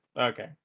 Okay